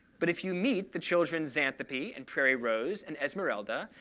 but if you meet the children zanthopy and prairie rose and esmerelda,